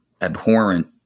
abhorrent